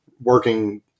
working